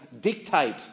dictate